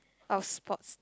I'll spots